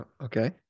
Okay